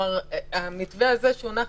המתווה הזה שהונח,